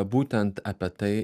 būtent apie tai